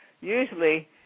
usually